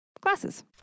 Glasses